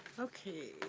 okay.